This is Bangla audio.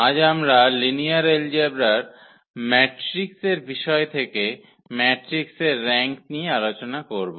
আজ আমরা লিনিয়ার এলজেব্রার ম্যাট্রিক্স এর বিষয় থেকে ম্যাট্রিক্সের র্যাঙ্ক নিয়ে আলোচনা করব